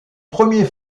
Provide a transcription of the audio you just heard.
premier